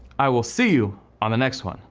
i will see you on the next one.